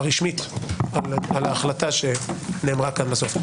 רשמית על ההחלטה שנאמרה כאן בסוף.